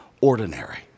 ordinary